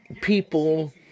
people